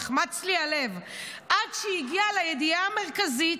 נחמץ לי הלב עד שהיא הגיעה לידיעה המרכזית: